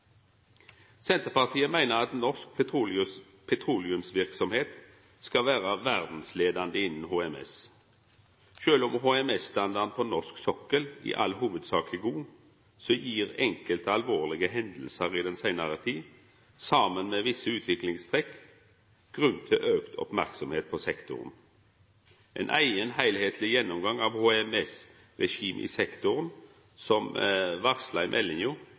Senterpartiet meiner at norsk petroleumsverksemd skal vera verdsleiande når det gjeld HMS. Sjølv om HMS-standarden på norsk sokkel i all hovudsak er god, gir enkelte alvorlege hendingar i den seinare tida saman med visse utviklingstrekk grunn til auka merksemd i sektoren. Ein eigen, heilskapleg gjennomgang av HMS-regimet i sektoren, som